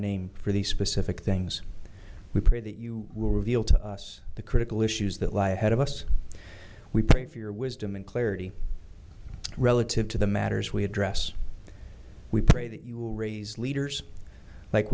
name for the specific things we pray that you will reveal to us the critical issues that lie ahead of us we pray for your wisdom and clarity relative to the matters we address we pray that you will raise leaders like